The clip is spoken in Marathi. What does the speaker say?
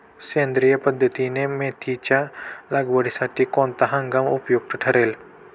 सेंद्रिय पद्धतीने मेथीच्या लागवडीसाठी कोणता हंगाम उपयुक्त ठरेल?